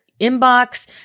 inbox